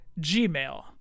gmail